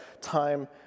time